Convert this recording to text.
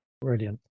Brilliant